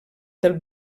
del